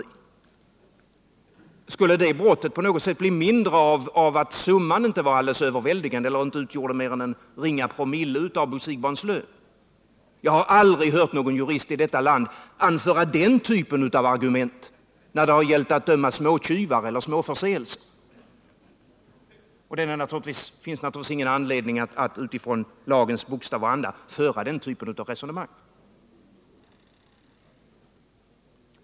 i, skulle det brottet på något sätt bli mindre, därför att summan inte är alldeles överväldigande och inte utgör mer än någon promille av Bo Siegbahns lön? Jag har aldrig hört någon jurist i detta land anföra den typen av argument när det gällt att döma småtjuvar eller att döma i mål som rör småförseelser. Det finns naturligtvis ingen anledning på basis av lagens bokstav och anda att föra den typen av resonemang.